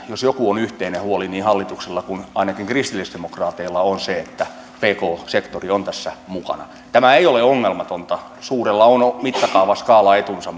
jos joku on yhteinen huoli niin hallituksella kuin ainakin kristillisdemokraateilla se on se että pk sektori on tässä mukana tämä ei ole ongelmatonta sillä suurella on mittakaava ja skaalaetunsa